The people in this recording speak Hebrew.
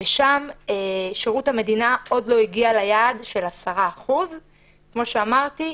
שם שירות המדינה עוד לא הגיע ליעד של 10%. כמו שאמרתי,